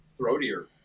throatier